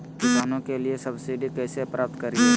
किसानों के लिए सब्सिडी कैसे प्राप्त करिये?